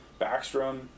Backstrom